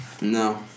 No